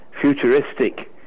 futuristic